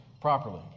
properly